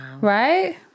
right